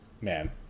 man